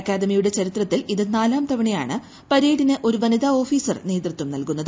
അക്കാദമിയുടെ ചരിത്രത്തിൽ ഇത് നാലാം തവണയാണ് പരേഡിന് ഒരു വനിതാ ഓഫീസർ നേതൃത്വം നൽകുന്നത്